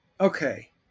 Okay